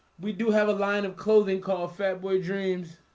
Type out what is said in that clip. we do have a line of clothing called fat boy dreams